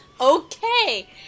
Okay